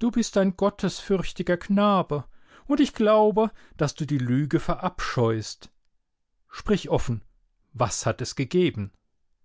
du bist ein gottesfürchtiger knabe und ich glaube daß du die lüge verabscheust sprich offen was hat es gegeben